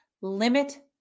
limit